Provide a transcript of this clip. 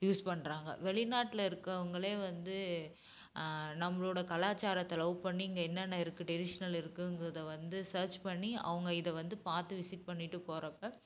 use பண்ணுறாங்க வெளிநாட்டில் இருக்கறவங்களே வந்து நம்மளோடய கலாச்சாரத்தை லவ் பண்ணி இங்கே என்னென்ன இருக்குது ட்டெடிஷ்னல் இருக்குங்கிறத வந்து சேர்ச் பண்ணி அவங்க இதை வந்து பார்த்து விசிட் பண்ணிவிட்டு போகிறப்ப